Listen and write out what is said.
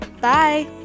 bye